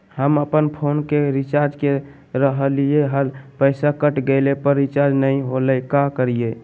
हम अपन फोन के रिचार्ज के रहलिय हल, पैसा कट गेलई, पर रिचार्ज नई होलई, का करियई?